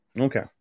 Okay